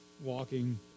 walking